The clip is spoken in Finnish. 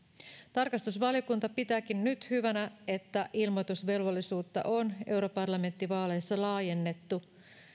tarkastusvaliokunta pitääkin nyt hyvänä että ilmoitusvelvollisuutta on europarlamenttivaaleissa laajennettu